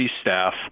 staff